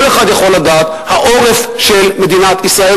כל אחד יכול לדעת: העורף של מדינת ישראל